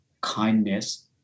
kindness